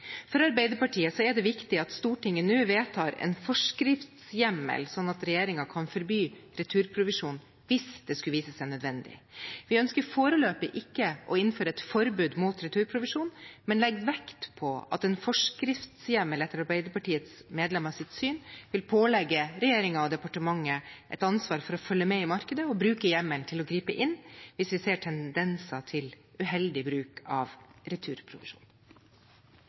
For Arbeiderpartiet er det viktig at Stortinget nå vedtar en forskriftshjemmel, sånn at regjeringen kan forby returprovisjon, hvis det skulle vise seg nødvendig. Vi ønsker foreløpig ikke å innføre et forbud mot returprovisjon, men legger vekt på at en forskriftshjemmel etter Arbeiderpartiets medlemmers syn vil pålegge regjeringen og departementet et ansvar for å følge med i markedet og bruke hjemmelen til å gripe inn, hvis vi ser tendenser til uheldig bruk av returprovisjon.